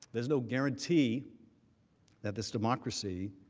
there is no guarantee that this democracy